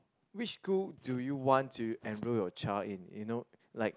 which school do you want to enrol your child in you know like